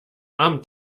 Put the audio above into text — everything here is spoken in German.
armen